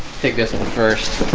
take this in the first